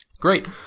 Great